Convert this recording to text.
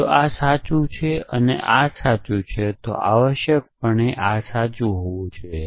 જો આ સાચું છે અને આ સાચું છે તો આવશ્યક તે સાચું હોવું જોઈએ